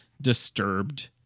Disturbed